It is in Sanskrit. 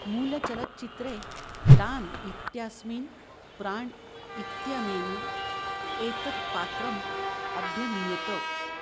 मूलचलच्चित्रे डान् इत्यस्मिन् प्राण्ड् इत्यनेन एतत् पात्रम् अभ्यनीयत